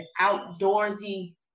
outdoorsy